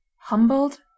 Humbled